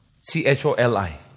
C-H-O-L-I